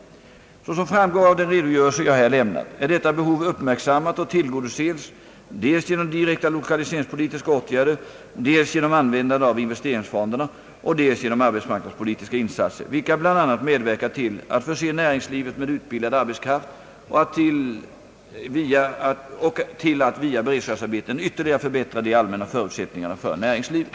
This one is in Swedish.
Såsom framgår av den redogörelse jag här lämnat är detta behov uppmärksammat och tillgodoses dels genom direkta lokaliseringspolititiska åtgärder, dels genom användande av investeringsfonderna och dels genom arbetsmarknadspolitiska insatser, vilka bl.a. medverkar till att förse näringslivet med utbildad arbetskraft och till att via beredskapsarbeten ytterligare förbättra de allmänna förutsättningarna för näringslivet.